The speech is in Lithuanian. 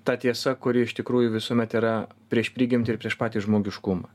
ta tiesa kuri iš tikrųjų visuomet yra prieš prigimtį ir prieš patį žmogiškumą